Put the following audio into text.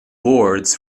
boards